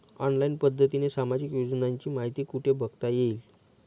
Online पद्धतीने सामाजिक योजनांची माहिती कुठे बघता येईल?